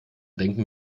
denken